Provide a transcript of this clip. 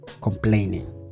Complaining